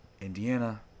indiana